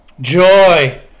Joy